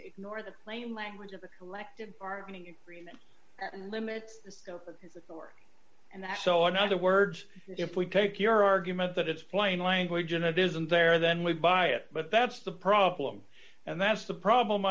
sort nor the plain language of the collective bargaining agreement limits the scope of his authority and that so in other words if we take your argument that it's plain language and it isn't there then we buy it but that's the problem and that's the problem